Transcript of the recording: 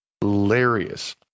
hilarious